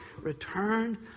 returned